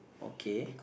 okay